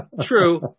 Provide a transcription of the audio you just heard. True